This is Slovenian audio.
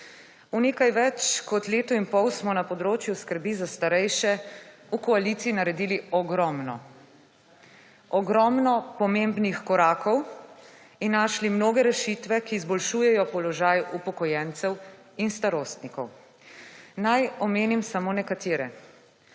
V nekaj več kot v letu in pol smo na področju skrbi za starejše v koaliciji naredili ogromno. Ogromno pomembnih korakov in našli mnoge rešitve, ki izboljšujejo položaj upokojencev in starostnikov. Naj omenim samo nekatere.